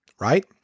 Right